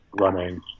running